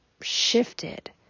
shifted